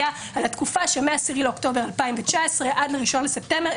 היה על התקופה שמה-10 לאוקטובר 2019 עד ל-01 לספטמבר,